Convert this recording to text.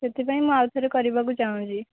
ସେଥିପାଇଁ ମୁଁ ଆଉଥରେ କରିବାକୁ ଚାହୁଁଛି